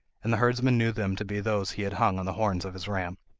and the herdsman knew them to be those he had hung on the horns of his ram.